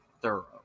thorough